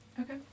Okay